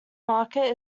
market